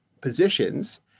positions